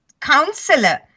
counselor